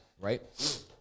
right